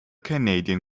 canadian